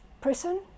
prison